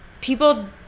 people